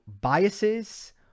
biases